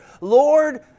Lord